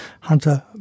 Hunter